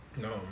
No